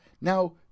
now